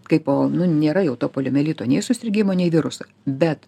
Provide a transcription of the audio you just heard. kaipo nu nėra jau to poliomielito nei susirgimo nei viruso bet